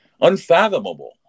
Unfathomable